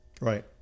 Right